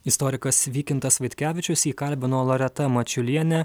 istorikas vykintas vaitkevičius jį kalbino loreta mačiulienė